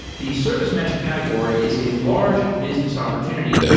the service mesh category is a large business opportunity,